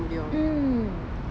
mmhmm